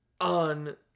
on